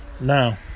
Now